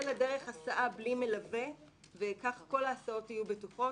לדרך הסעה בלי מלווה וכך כל ההסעות יהיו בטוחות.